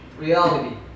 reality